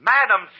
Madam